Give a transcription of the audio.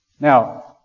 Now